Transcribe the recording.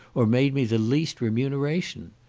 or made me the least remuneration.